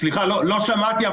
לא שמעתי,